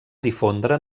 difondre